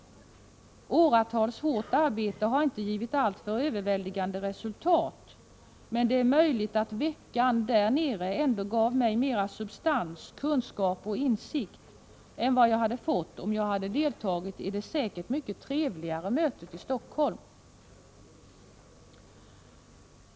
Åratal av hårt arbete har inte givit alltför överväldigande resultat, men det är möjligt att veckan där nere ändå gav mig mera substans, kunskap och insikt än vad jag hade fått om jag hade deltagit i det säkert mycket trevligare mötet i Stockholm.